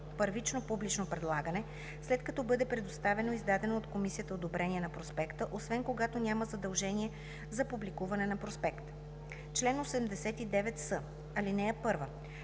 първично публично предлагане, след като бъде представено и издаденото от комисията одобрение на проспекта, освен когато няма задължение за публикуване на проспект. Чл. 89с. (1)